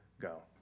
go